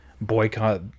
boycott